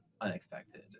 unexpected